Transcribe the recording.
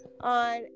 on